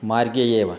मार्गे एव